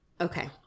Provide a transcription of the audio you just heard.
Okay